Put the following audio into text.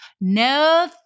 No